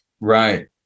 right